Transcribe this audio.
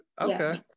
okay